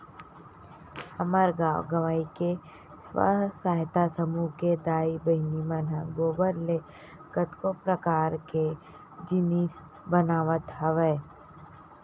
हमर गाँव गंवई के स्व सहायता समूह के दाई बहिनी मन ह गोबर ले कतको परकार के जिनिस बनावत हवय